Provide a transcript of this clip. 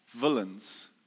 villains